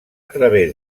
través